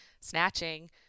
snatching –